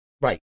Right